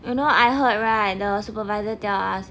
you know I heard right the supervisor tell us